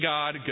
God